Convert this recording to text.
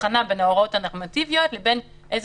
הבחנה בין ההוראות הנורמטיביות לבין איזה